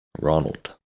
Ronald